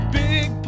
big